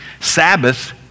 Sabbath